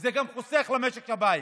וזה גם חוסך למשק הבית.